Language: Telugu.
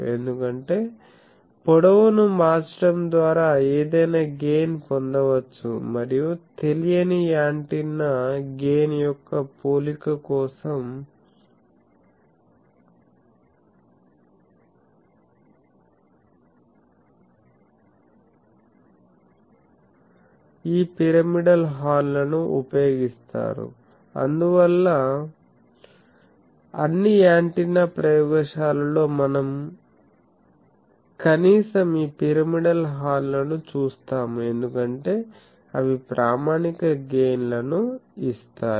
ఎందుకంటే పొడవును మార్చడం ద్వారా ఏదైనా గెయిన్ పొందవచ్చు మరియు తెలియని యాంటెన్నా గెయిన్ యొక్క పోలిక కోసం ఈ పిరమిడల్ హార్న్ లను ఉపయోగిస్తారు అందువల్ల అన్ని యాంటెన్నా ప్రయోగశాలలలో మనం కనీసం ఈ పిరమిడల్ హార్న్ లను చూస్తాము ఎందుకంటే అవి ప్రామాణిక గెయిన్ లను ఇస్తాయి